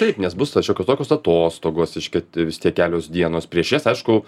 taip nes bus tos šiokios tokios atostogos reiškia vis tiek kelios dienos prieš jas aišku